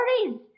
stories